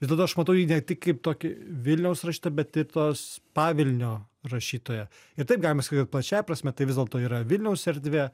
ir tada aš matau jį ne tik kaip tokį vilniaus rašytoją bet ir tos pavilnio rašytoją ir taip galima sakyt kad plačiąja prasme tai vis dėlto yra vilniaus erdvė